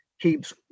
keeps